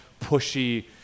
pushy